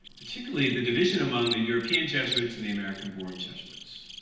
particularly the division among the european jesuits and the american-born jesuits.